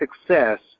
success